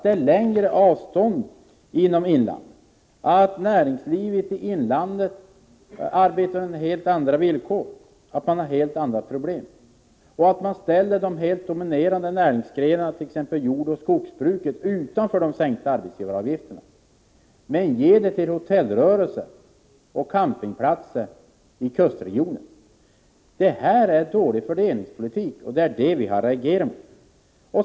Förstår man inte att avstånden inom inlandet är längre och att näringslivet i inlandet arbetar under helt andra villkor och har helt andra problem? Man ställer de helt dominerande näringsgrenarna, t.ex. jordoch skogsbruket, utanför förmånen av sänkta arbetsgivaravgifter men ger den till hotellrörelser och campingplatser i kustregionen. Detta är dålig fördelningspolitik, och det är det vi reagerar mot.